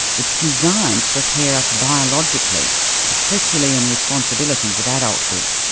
it's designed to prepare us biologically for the herculean responsibilities of adulthood.